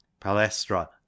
Palestra